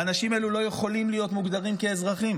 האנשים האלה לא יכולים להיות מוגדרים כאזרחים.